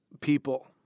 people